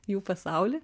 jų pasaulį